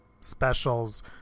specials